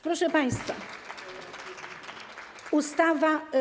Proszę państwa, ustawa.